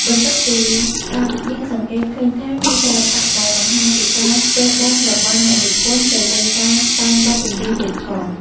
បន្ទាប់ពីស្តាប់យើងសង្កេតឃើញថាមានសិល្បៈដែលបង្ហាញពីការចេះដឹងរបស់អ្នកនិពន្ធទៅលើការតែងបទចម្រៀងទៀតផង។